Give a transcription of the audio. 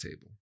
table